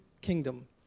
kingdom